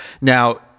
Now